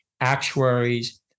actuaries